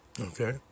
Okay